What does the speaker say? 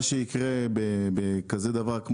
מה שיקרה בכזה דבר שנבדוק,